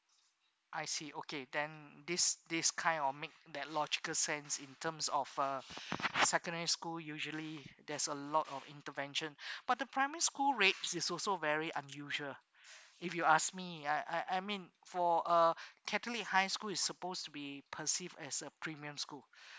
I see okay then this this kind of make that logical sense in terms of uh secondary school usually there's a lot of intervention but the primary school rate is also very unusual if you ask me I I I mean for a catholic high school is supposed to be perceived as a premium school